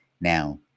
Now